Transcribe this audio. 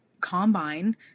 combine